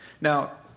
Now